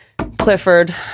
Clifford